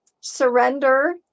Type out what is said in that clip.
surrender